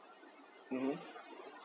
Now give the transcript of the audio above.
uh um